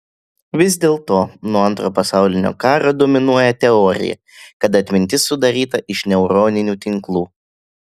vis dėlto nuo antro pasaulinio karo dominuoja teorija kad atmintis sudaryta iš neuroninių tinklų